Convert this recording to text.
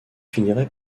finirait